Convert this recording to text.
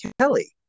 Kelly